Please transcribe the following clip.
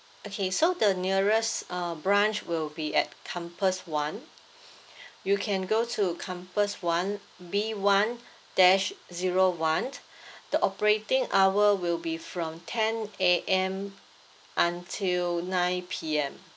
okay so the nearest uh branch will be at compass one you can go to compass one B one dash zero one the operating hour will be from ten A_M until nine P_M